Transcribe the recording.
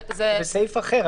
זה בסעיף אחר.